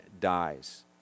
dies